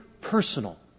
personal